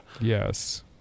Yes